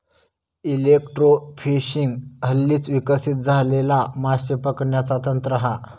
electrofishing हल्लीच विकसित झालेला माशे पकडण्याचा तंत्र हा